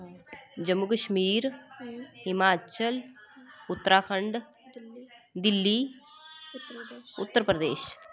Jammu Kashmir Himachal Uttarakhand Delhi Uttar Pradesh